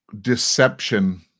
deception